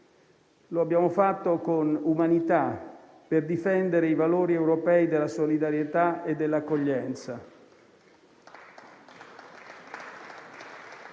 Lo abbiamo fatto con umanità, per difendere i valori europei della solidarietà e dell'accoglienza.